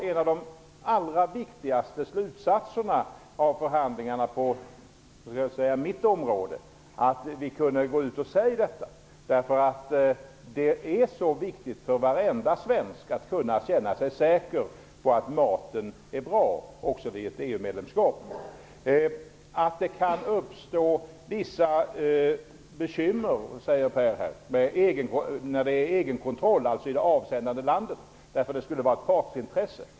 En av de allra viktigaste slutsatserna av förhandlingarna på "mitt" område var att vi kunde gå ut och säga det här. Det är viktigt att alla i Sverige kan känna sig säkra på att maten är bra, även vid ett Per Gahrton säger att det kan bli vissa bekymmer med egenkontrollen i det avsändande landet, eftersom det kan föreligga partsintressen.